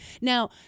Now